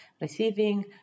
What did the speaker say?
receiving